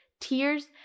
tears